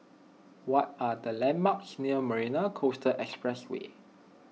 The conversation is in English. what are the landmarks near Marina Coastal Expressway